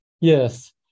Yes